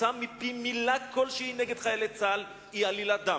יצאה מפי מלה כלשהי נגד חיילי צה"ל, היא עלילת דם.